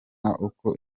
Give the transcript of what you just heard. uko